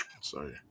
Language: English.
Sorry